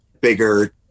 bigger